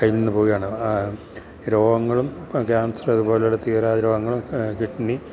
കയ്യിൽ നിന്ന് പോവുകയാണ് രോഗങ്ങളും ക്യാൻസർ അതുപോലുള്ള തീരാ രോഗങ്ങളും കിഡ്നി